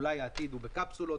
אולי העתיד הוא בקפסולות.